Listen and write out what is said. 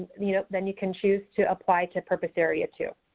you know, then you can choose to apply to purpose area two.